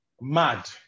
mad